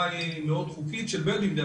יש לנו אמצעים מאוד דלים.